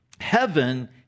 heaven